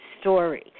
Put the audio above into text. story